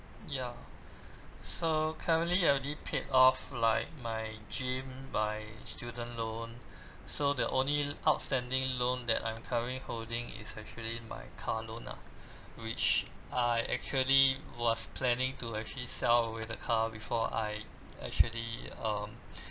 ya so currently I already paid off like my gym my student loan so the only outstanding loan that I'm currently holding is actually my car loan ah which I actually was planning to actually sell away the car before I actually um